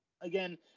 again